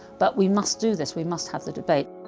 but we must do this. we must have the debate.